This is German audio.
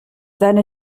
seine